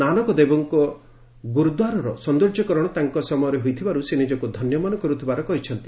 ନାନକଦେବଙ୍କ ଗୁରୁଦ୍ୱାରାର ସୌନ୍ଦର୍ଯ୍ୟକରଣ ତାଙ୍କ ସମୟରେ ହୋଇଥିବାରୁ ସେ ନିଜକୁ ଧନ୍ୟ ମନେ କରୁଥିବା କହିଛନ୍ତି